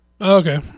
Okay